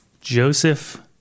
Joseph